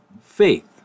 faith